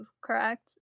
correct